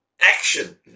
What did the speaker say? action